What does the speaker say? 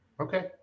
okay